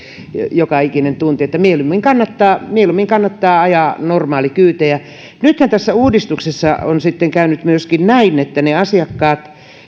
joka ikinen tunti että mieluummin kannattaa mieluummin kannattaa ajaa normaalikyytejä nythän tässä uudistuksessa on sitten käynyt myöskin näin että ne asiakkaat